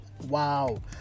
Wow